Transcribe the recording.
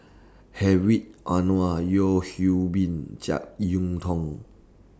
Hedwig Anuar Yeo Hwee Bin Jek Yeun Thong